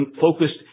focused